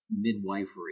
midwifery